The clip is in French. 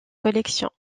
collection